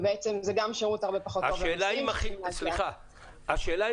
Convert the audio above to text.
זה גם שירות הרבה פחות טוב --- השאלה אם